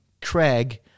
Craig